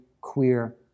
queer